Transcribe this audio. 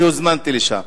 הוזמנתי לשם.